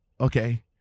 Okay